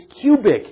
cubic